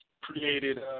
created